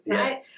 right